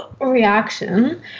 reaction